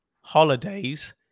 holidays